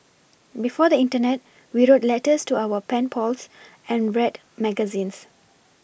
before the Internet we wrote letters to our pen pals and read magazines